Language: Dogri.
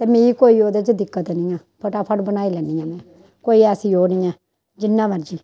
ते मिगी कोई ओह्दे च दिक्कत निं ऐ फटाफट बनाई लैन्नी आं में कोई ऐसी ओह् निं ऐ जि'न्ना मर्जी